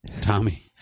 Tommy